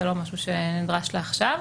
זה לא משהו שנדרש לעכשיו.